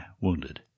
wounded